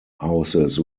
houses